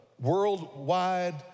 worldwide